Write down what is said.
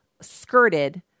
skirted